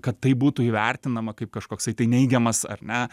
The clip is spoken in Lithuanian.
kad tai būtų įvertinama kaip kažkoksai tai neigiamas ar ne